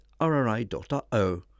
rri.o